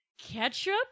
Ketchup